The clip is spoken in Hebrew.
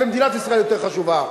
מדינת ישראל יותר חשובה.